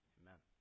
amen